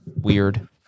weird